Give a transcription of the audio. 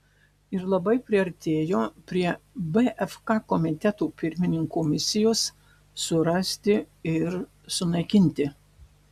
ir labai priartėjo prie bfk komiteto pirmininko misijos surasti ir sunaikinti